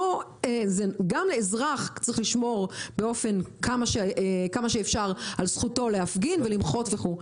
גם לאזרח צריך לשמור כמה שאפשר על זכותו להפגין ולמחות וכו',